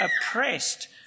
oppressed